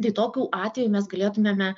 tai tokiu atveju mes galėtumėme